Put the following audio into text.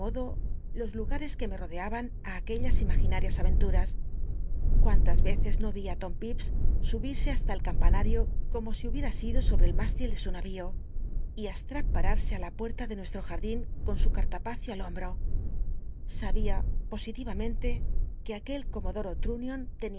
jos lugares que me odeaban i aquellas imaginarias arcnluras i cmintas reces no yi á l'om pipes su birse basta el campanario co mo si hubiera sido sobre el mástil de su narío y atra pararse ü la puerta de nuestro jardín con su cartapacio al hombro sabia positiyamenlc que el co